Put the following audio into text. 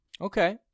Okay